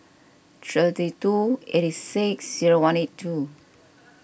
two eight six zero one eight two